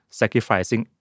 sacrificing